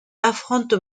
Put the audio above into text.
affronte